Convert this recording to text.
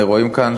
רואים כאן,